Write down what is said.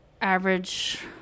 average